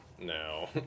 No